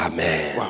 Amen